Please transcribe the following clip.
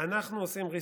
אנחנו עושים ריסטרט.